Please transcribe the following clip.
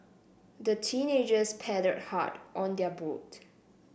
the teenagers paddled hard on their boat